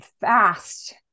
fast